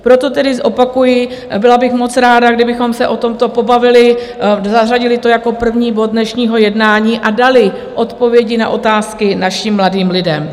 Proto tedy zopakuji, byla bych moc ráda, kdybychom se o tomto pobavili, zařadili to jako první bod dnešního jednání a dali odpovědi na otázky našim mladým lidem.